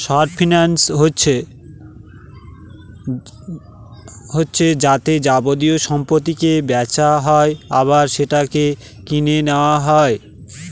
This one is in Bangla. শর্ট ফিন্যান্স হচ্ছে যাতে যাবতীয় সম্পত্তিকে বেচা হয় আবার সেটাকে কিনে নেওয়া হয়